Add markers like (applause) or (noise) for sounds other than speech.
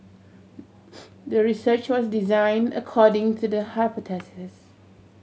(noise) the research was designed according to the hypothesis